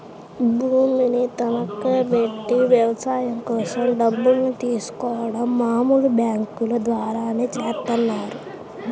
భూమిని తనఖాబెట్టి వ్యవసాయం కోసం డబ్బుల్ని తీసుకోడం మామూలు బ్యేంకుల ద్వారానే చేత్తన్నారు